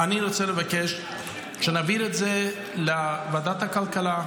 אני רוצה לבקש שנעביר את הדבר הזה לוועדת הכלכלה.